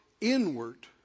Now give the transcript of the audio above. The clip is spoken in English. inward